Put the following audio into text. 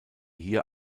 hier